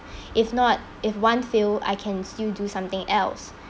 if not if one fail I can still do something else